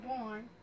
born